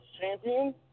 champion